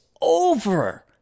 over